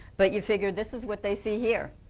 but you figure this is what they see here.